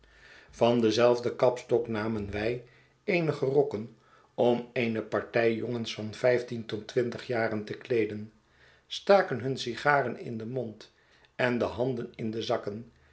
van denzelfden kapstok namen wij eenige rokken om eene partij jongens van vijftien tot twintig jaren te kleeden staken hun sigaren in den mond en de handen in de zakken